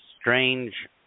strange